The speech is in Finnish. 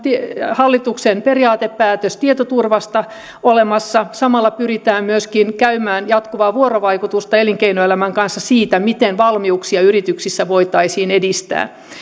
hallituksen periaatepäätös tietoturvasta olemassa samalla pyritään myöskin käymään jatkuvaa vuorovaikutusta elinkeinoelämän kanssa siitä miten valmiuksia yrityksissä voitaisiin edistää